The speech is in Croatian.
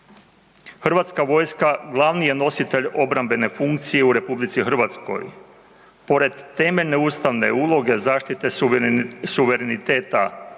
Hrvatska vojska glavni je nositelj obrambene funkcije u Republici Hrvatskoj, pored temeljne ustavne uloge zaštite suvereniteta i